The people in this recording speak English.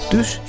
Dus